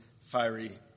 fiery